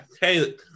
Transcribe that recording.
Hey